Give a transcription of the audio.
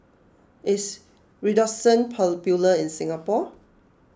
is Redoxon popular in Singapore